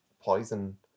poison